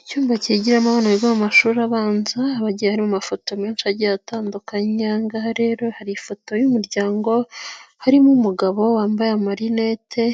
Icyumba kigiramo abantu biga mu mashuri abanza, abagiye arimo amafoto menshi agiye atandukanye, aha ngaha rero hari ifoto y'umuryango harimo umugabo wambaye marinette,